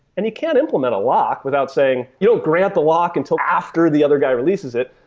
and you can't implement a lock without saying you'll grant the lock until after the other guy releases it.